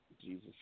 Jesus